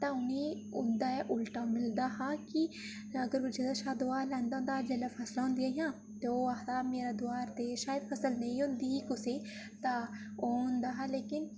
तां उ'नें उं'दा उल्टा मिलदा हा कि ते अगर कोई कुसै कशा दोआर लैंदा हा ते फसलां होंदियां हियां ते ओह् आखदा हा मेरा दुआर दे फसल नेईं होंदी ही कुसै दी तां ओह् होंदा हा लेकिन